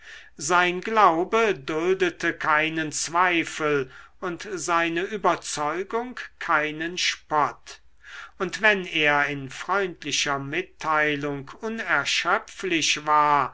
sein glaube duldete keinen zweifel und seine überzeugung keinen spott und wenn er in freundlicher mitteilung unerschöpflich war